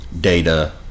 data